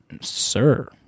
Sir